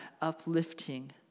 uplifting